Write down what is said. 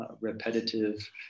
repetitive